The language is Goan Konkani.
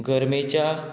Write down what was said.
गरमेच्या